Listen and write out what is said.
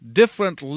different